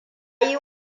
yi